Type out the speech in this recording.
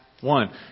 one